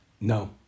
No